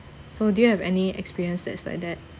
so do you have any experience that's like that